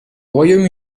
royaume